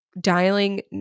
dialing